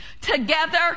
together